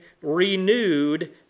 renewed